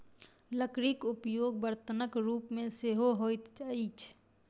लकड़ीक उपयोग बर्तनक रूप मे सेहो होइत अछि